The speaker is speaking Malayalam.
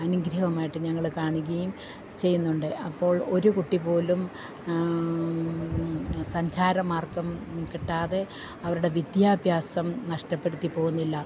അനുഗ്രഹമായിട്ട് ഞങ്ങള് കാണുകയും ചെയ്യുന്നുണ്ട് അപ്പോൾ ഒരു കുട്ടി പോലും സഞ്ചാരമാർഗ്ഗം കിട്ടാതെ അവരുടെ വിദ്യാഭ്യാസം നഷ്ടപ്പെടുത്തി പോകുന്നില്ല